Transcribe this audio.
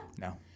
No